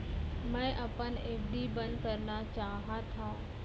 मै अपन एफ.डी बंद करना चाहात हव